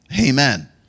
Amen